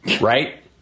right